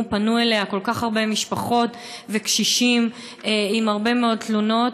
פנו אליה כל כך הרבה משפחות וקשישים עם הרבה מאוד תלונות.